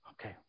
okay